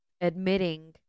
admitting